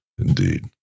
Indeed